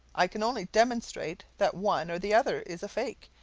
i can only demonstrate that one or the other is a fake,